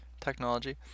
technology